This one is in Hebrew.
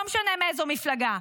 לא משנה מאיזו מפלגה,